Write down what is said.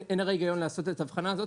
הרי אין היגיון לעשות את ההבחנה הזאת.